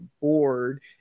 bored